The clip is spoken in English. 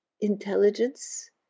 intelligence